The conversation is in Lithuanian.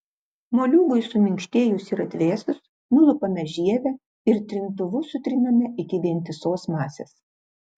moliūgui suminkštėjus ir atvėsus nulupame žievę ir trintuvu sutriname iki vientisos masės